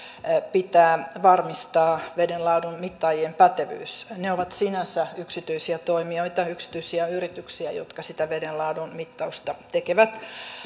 pitää varmistaa veden laadun mittaajien pätevyys ne ovat sinänsä yksityisiä toimijoita yksityisiä yrityksiä jotka sitä veden laadun mittausta tekevät